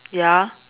ya